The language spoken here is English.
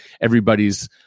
everybody's